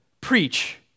preach